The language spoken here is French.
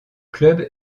club